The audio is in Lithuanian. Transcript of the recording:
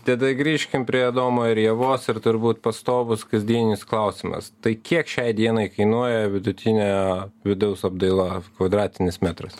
tada grįžkim prie adomo ir ievos ir turbūt pastovus kasdienis klausimas tai kiek šiai dienai kainuoja vidutinė vidaus apdaila kvadratinis metras